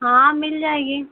हाँ मिल जाएगी